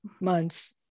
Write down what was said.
months